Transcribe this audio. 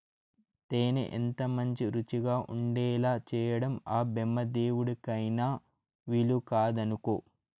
తేనె ఎంతమంచి రుచిగా ఉండేలా చేయడం ఆ బెమ్మదేవుడికైన వీలుకాదనుకో